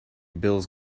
bills